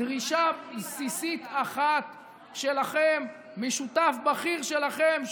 דרישה בסיסית אחת שלכם משותף בכיר שלכם,